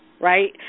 right